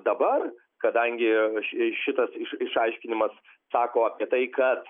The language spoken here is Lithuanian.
dabar kadangi ši šitas iš išaiškinimas sako apie tai kad